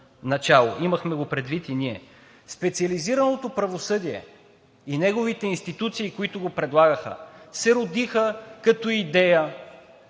начало, имахме го предвид и ние. Специализираното правосъдие и неговите институции, които го предлагаха, се родиха като